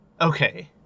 Okay